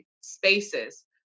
spaces